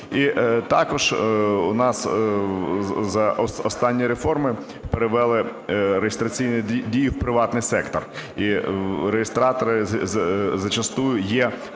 також у нас за останні реформи перевели реєстраційні дії в приватний сектор, і реєстратори зачастую є